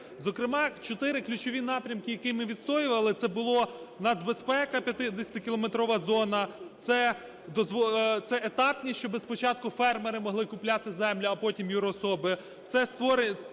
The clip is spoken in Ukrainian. Зокрема, 4 ключові напрямки, які ми відстоювали, це була нацбезпека – 50-кілометрова зона, це етапність, щоб спочатку фермери могли купляти землю, а потім юрособи,